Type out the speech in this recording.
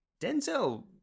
Denzel